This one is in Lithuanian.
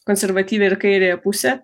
konservatyvią ir kairiąją pusę